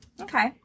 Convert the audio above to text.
okay